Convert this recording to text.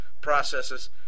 processes